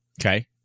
Okay